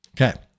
Okay